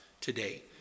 today